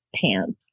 pants